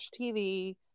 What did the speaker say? TV